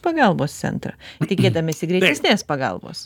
pagalbos centrą tikėdamiesi greitesnės pagalbos